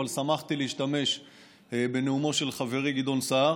אבל שמחתי להשתמש בנאומו של חברי גדעון סער.